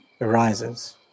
arises